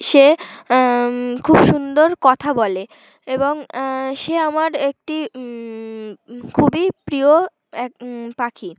সে খুব সুন্দর কথা বলে এবং সে আমার একটি খুবই প্রিয় এক পাখি